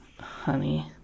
Honey